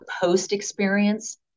post-experience